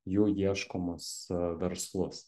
jų ieškomus verslus